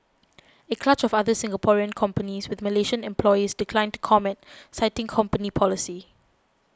a clutch of other Singaporean companies with Malaysian employees declined to comment citing company policy